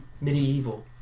Medieval